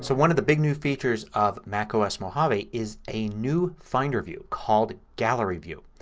so one of the big new features of macos mojave is a new finder view called gallery view.